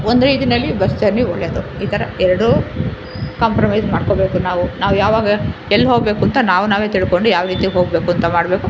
ಒಂದು ರೀತಿಯಲ್ಲಿ bus journey ಒಳ್ಳೆದು ಈ ಥರ ಎರಡೂ ಕಾಂಪ್ರಮೈಝ್ ಮಾಡ್ಕೊಳ್ಬೇಕು ನಾವು ನಾವು ಯಾವಾಗ ಎಲ್ಲಿ ಹೋಗ್ಬೇಕಂತ ನಾವು ನಾವೇ ತಿಳ್ಕೊಂಡು ಯಾವ ರೀತಿ ಹೋಗ್ಬೇಕಂತ ಮಾಡಬೇಕು